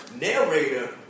narrator